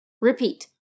Repeat